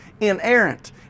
inerrant